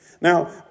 Now